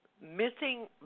Missing